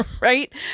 Right